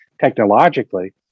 technologically